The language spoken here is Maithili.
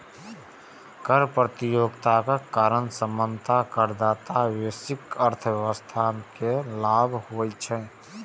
कर प्रतियोगिताक कारण सामान्यतः करदाता आ वैश्विक अर्थव्यवस्था कें लाभ होइ छै